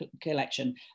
collection